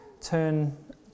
turn